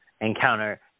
encounter